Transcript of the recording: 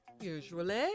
Usually